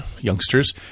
youngsters